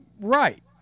Right